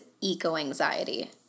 eco-anxiety